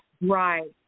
Right